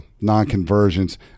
non-conversions